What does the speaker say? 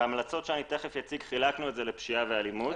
בהמלצות שאני תכף אציג חילקנו את זה לפשיעה ואלימות.